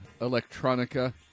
Electronica